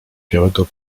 białego